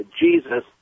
Jesus